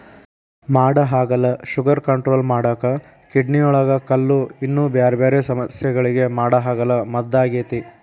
ಮಾಡಹಾಗಲ sugar control ಮಾಡಾಕ, ಕಿಡ್ನಿಯೊಳಗ ಕಲ್ಲು, ಇನ್ನೂ ಬ್ಯಾರ್ಬ್ಯಾರೇ ಸಮಸ್ಯಗಳಿಗೆ ಮಾಡಹಾಗಲ ಮದ್ದಾಗೇತಿ